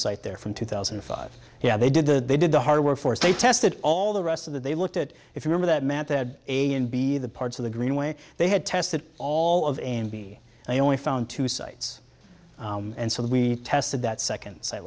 site there from two thousand and five yeah they did that they did the hard work force they tested all the rest of that they looked at if you were that mad they had a and b the parts of the greenway they had tested all of a and b i only found two sites and so we tested that second site